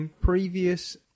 previous